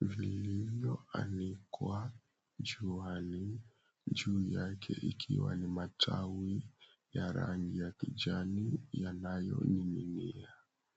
vilivyoanikwa juani, juu yake ikiwa ni matawi ya rangi ya kijani yanayoning'inia.